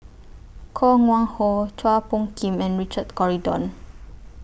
Koh Wang Ho Chua Phung Kim and Richard Corridon